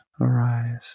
arise